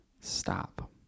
stop